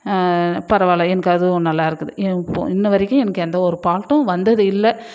பரவாயில்ல எனக்கு அதுவும் நல்லா இருக்குது ஏன் இன்னை வரைக்கும் எனக்கு எந்த ஒரு பால்ட்டும் வந்தது இல்லை